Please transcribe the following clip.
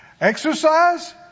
Exercise